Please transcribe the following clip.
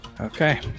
Okay